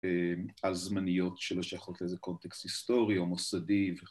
‫הזמניות שלו, שיכול להיות ‫איזה קונטקסט היסטורי או מוסדי...